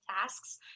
tasks